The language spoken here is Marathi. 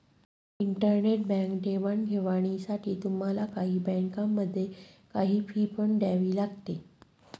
इंटरनेट बँक देवाणघेवाणीसाठी तुम्हाला काही बँकांमध्ये, काही फी पण द्यावी लागते